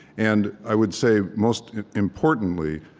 and i would say, most importantly,